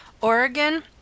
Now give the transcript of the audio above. Oregon